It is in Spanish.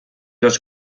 los